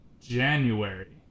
January